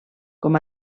com